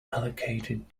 allocated